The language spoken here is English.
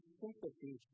sympathy